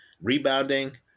rebounding